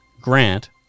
Grant